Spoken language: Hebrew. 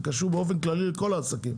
זה קשור באופן כללי לכל העסקים.